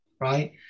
right